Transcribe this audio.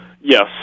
Yes